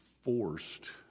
forced